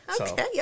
Okay